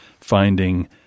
Finding